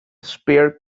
spare